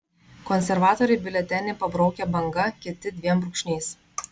konservatoriai biuletenį pabraukia banga kiti dviem brūkšniais